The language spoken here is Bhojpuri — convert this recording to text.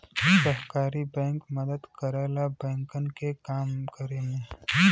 सहकारी बैंक मदद करला बैंकन के काम करे में